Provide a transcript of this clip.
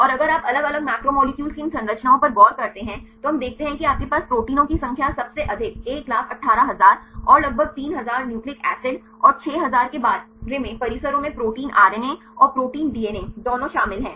और अगर आप अलग अलग मैक्रोलेक्युलस की इन संरचनाओं पर गौर करते हैं तो हम देखते हैं कि आपके पास प्रोटीनों की संख्या सबसे अधिक 118000 और लगभग 3000 न्यूक्लिक एसिड और 6000 के बारे में परिसरों में प्रोटीन आरएनए और प्रोटीन डीएनए दोनों शामिल हैं